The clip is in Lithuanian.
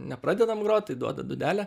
nepradedam grot tai duoda dūdelę